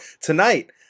tonight